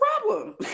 problem